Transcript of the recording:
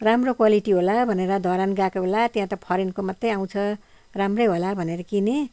राम्रो क्वालिटी होला भनेर धरान गएको बेला त्यहाँ त फरेनको मात्रै आउँछ राम्रै होला भनेर किनेँ